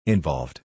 Involved